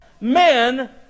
Men